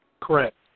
Correct